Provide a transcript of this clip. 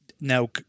Now